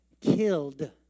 killed